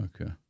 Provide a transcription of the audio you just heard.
Okay